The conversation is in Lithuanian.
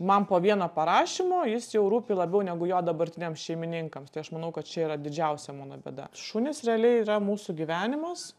man po vieno parašymo jis jau rūpi labiau negu jo dabartiniams šeimininkam tai aš manau kad čia yra didžiausia mano bėda šunys realiai yra mūsų gyvenimas